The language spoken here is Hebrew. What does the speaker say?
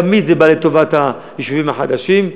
תמיד זה לטובת היישובים החדשים.